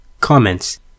Comments